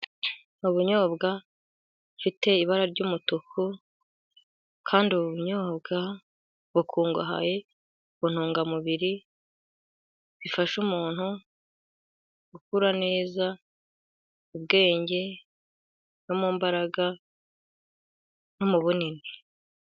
Ni ubunyobwa bifite ibara ry'umutuku, kandi ubu bunyobwa bukungahaye ku ntungamubiri, bifasha umuntu gukurara neza, mu bwenge, no mu mbaraga, no mu bunini.